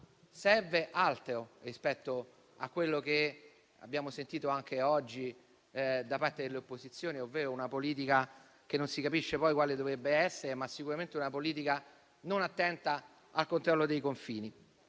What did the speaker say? serve altro rispetto a quello che abbiamo ascoltato anche oggi da parte delle opposizioni ovvero una politica che non si capisce poi quale dovrebbe essere, se non sicuramente non attenta al controllo dei confini.